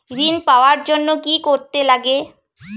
ঋণ পাওয়ার জন্য কি কি করতে লাগে?